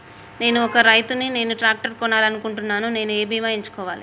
నేను ఒక రైతు ని నేను ట్రాక్టర్ కొనాలి అనుకుంటున్నాను నేను ఏ బీమా ఎంచుకోవాలి?